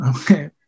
Okay